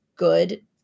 good